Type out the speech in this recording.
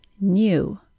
new